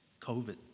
COVID